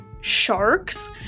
sharks